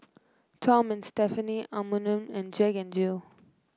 Tom and Stephanie Anmum and Jack N Jill